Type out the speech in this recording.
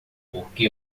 porque